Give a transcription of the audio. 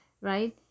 right